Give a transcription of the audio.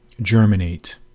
germinate